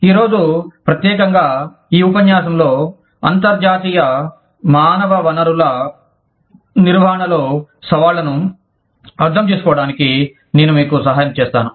ఈ రోజు ప్రత్యేకంగా ఈ ఉపన్యాసంలో అంతర్జాతీయ మానవ వనరుల నిర్వహణలో సవాళ్లను అర్థం చేసుకోవడానికి నేను మీకు సహాయం చేస్తాను